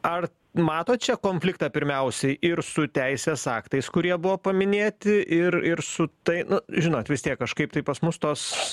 ar matot čia konfliktą pirmiausiai ir su teisės aktais kurie buvo paminėti ir ir su tai žinot vis tiek kažkaip tai pas mus tos